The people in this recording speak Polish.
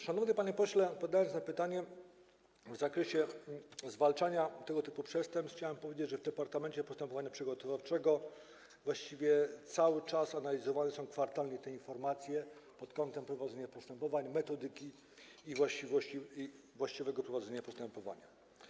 Szanowny panie pośle, odpowiadając na pytanie w zakresie zwalczania tego typu przestępstw, chciałem powiedzieć, że w Departamencie Postępowania Przygotowawczego właściwie cały czas analizowane są kwartalnie te informacje pod kątem prowadzonych postępowań, metodyki i właściwego prowadzenia postępowania.